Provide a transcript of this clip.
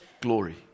glory